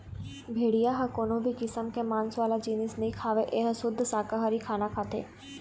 भेड़िया ह कोनो भी किसम के मांस वाला जिनिस नइ खावय ए ह सुद्ध साकाहारी खाना खाथे